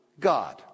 God